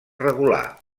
regular